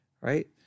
Right